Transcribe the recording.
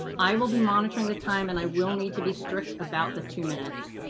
i will be monitoring the time and i will need to be strict about the two minutes.